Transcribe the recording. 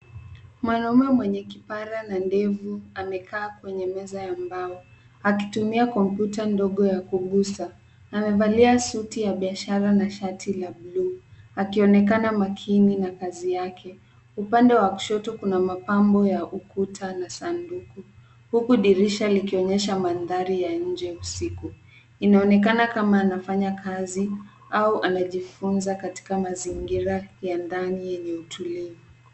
Mwanaume mwenye kipara na ndevu amekaa kwenye meza ya mbao akitumia kompyuta ndogo ya kuguza na amevalia suti la biashara na shati la buluu. Akionekana makini na kazi yake, upande wa kushoto kuna mapambo ya ukuta na sanduku . Huku dirisha likionyesha mandhari ya nje usiku. Inaonekana kama anafanya kazi au anajifunza katika mazingira ya ndani enye utulivu.